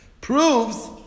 proves